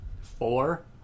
Four